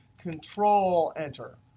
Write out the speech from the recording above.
control enter.